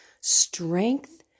strength